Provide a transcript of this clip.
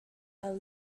are